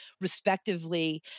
respectively